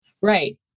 Right